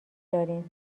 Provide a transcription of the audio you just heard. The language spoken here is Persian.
دارین